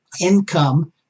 income